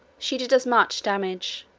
she did us much damage,